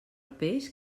peix